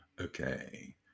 Okay